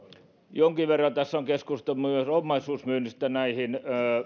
jonkin verran tässä on keskusteltu myös omaisuusmyynnistä näiden